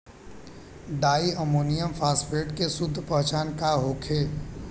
डाई ammonium phosphate के शुद्ध पहचान का होखे?